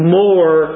more